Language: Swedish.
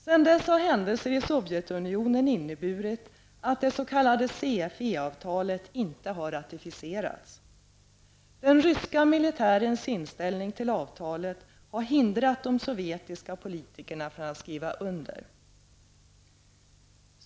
Sedan dess har händelser i Sovjetunionen inneburit att det s.k. CFE-avtalet inte har ratificerats. Den ryska militärens inställning till avtalet har hindrat de sovjetiska politikerna från att skriva under.